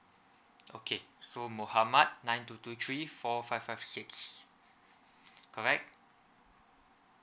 okay so mohamad nine two two three four five five six correct